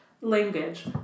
Language